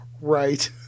Right